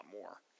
more